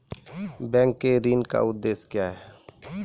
Bank के ऋण का उद्देश्य क्या हैं?